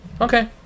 Okay